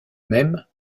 même